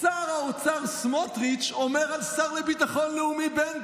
שר האוצר סמוטריץ' אומר על השר לביטחון לאומי בן גביר.